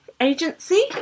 agency